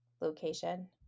location